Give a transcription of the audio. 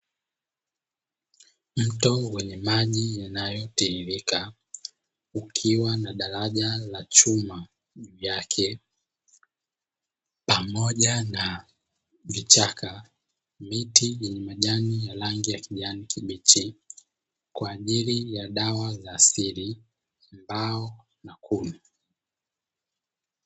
Mto wenye maji yanayotiririka ikiwa na daraja la chuma juu yake, pamoja vichaka miti yenye majani rangi ya kijani kibichi kwa ajili ya dawa za asili ,mbao na kuni.